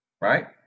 Right